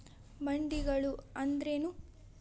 ಮಂಡಿಗಳು ಅಂದ್ರೇನು?